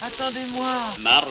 Attendez-moi